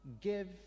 give